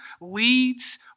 leads